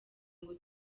ngo